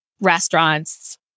restaurants